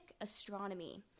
astronomy